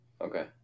Okay